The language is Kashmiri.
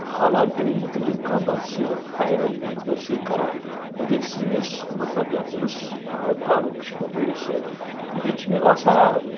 حالاتو متعلق کانٛہہ بَچہِ چھُ ہایر ایٚجوکیشن پٔرسو کران نَتہِ یتھ سٲنس مطلب یتھ ضعلس تعالق چھُ کپوٲرس سۭتۍ ییٚتہِ چھُ مےٚ باسان